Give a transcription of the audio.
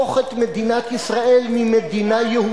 את מתכוונת לסייע לאויבי ישראל להפוך את מדינת ישראל ממדינה יהודית,